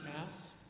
Mass